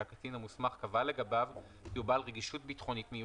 שהקצין המוסמך קבע לגביו כי הוא בעל רגישות ביטחונית מיוחדת.